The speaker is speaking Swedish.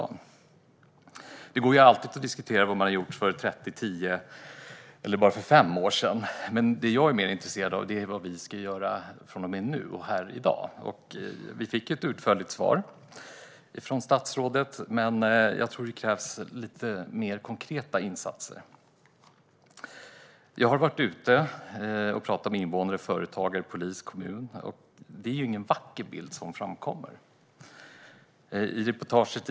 Det går alltid att diskutera vad som gjordes för 30, 10 eller 5 år sedan, men jag är mer intresserad av vad vi ska göra i dag. Jag fick ett utförligt svar från statsrådet, men jag tror att det krävs lite mer konkreta insatser. Jag har pratat med invånare, företagare, polis och kommun, och det är ingen vacker bild som framträder.